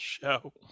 Show